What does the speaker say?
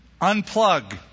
unplug